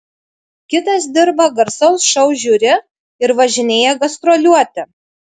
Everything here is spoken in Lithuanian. kitas dirba garsaus šou žiuri ir važinėja gastroliuoti